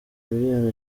miliyoni